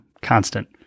constant